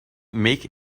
make